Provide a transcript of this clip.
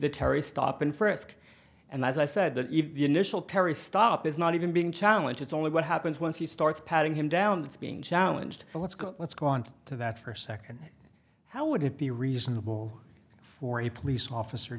the terry stop and frisk and as i said the initial terry stop is not even being challenge it's only what happens once he starts patting him down that's being challenged so let's go let's go on to that for a second how would it be reasonable for a police officer